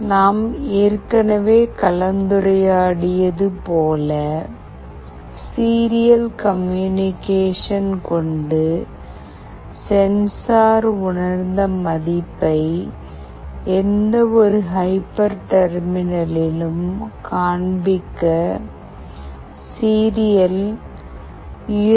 நாம் ஏற்கனவே கலந்துரையாடியது போல சீரியல் கம்யூனிகேஷன் கொண்டு சென்சார் உணர்ந்த மதிப்பை எந்தவொரு ஹைப்பர் டெர்மினலிலும் காண்பிக்க சீரியல் யூ